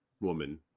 Woman